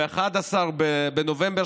ב-11 בנובמבר,